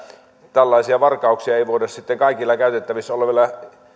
tällaisia varkauksia ei voida sitten kaikilla käytettävissä olevilla